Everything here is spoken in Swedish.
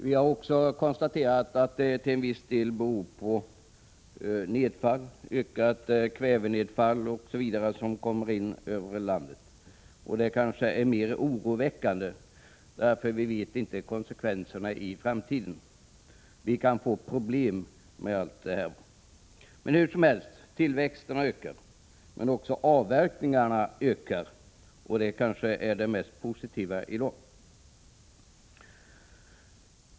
Vi har konstaterat att det har blivit en ökning av bl.a. kvävenedfallet, vilket beror på utsläpp utomlands. Detta är oroväckande, eftersom vi inte vet vilka konsekvenser det blir i framtiden. Vi kan få problem. Hur som helst, tillväxten har ökat, men även avverkningarna ökar, vilket kanske är det mest positiva i dag.